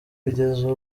kugeza